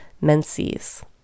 menses